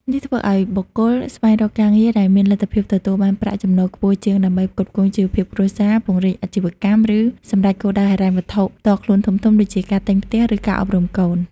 នេះធ្វើឱ្យបុគ្គលស្វែងរកកន្លែងដែលមានលទ្ធភាពទទួលបានប្រាក់ចំណូលខ្ពស់ជាងដើម្បីផ្គត់ផ្គង់ជីវភាពគ្រួសារ ពង្រីកអាជីវកម្ម ឬសម្រេចគោលដៅហិរញ្ញវត្ថុផ្ទាល់ខ្លួនធំៗដូចជា ការទិញផ្ទះ ឬការអប់រំកូន។